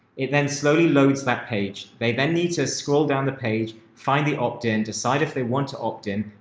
it then slowly loads that page. they then need to scroll down the page, find the opt in, decide if they want to opt in,